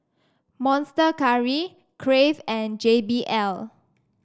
Monster Curry Crave and J B L